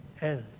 else